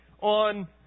on